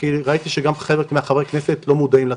כי ראיתי שגם חלק מחברי הכנסת לא מודעים לתהליך.